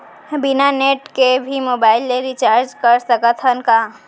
बिना नेट के भी मोबाइल ले रिचार्ज कर सकत हन का?